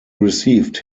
received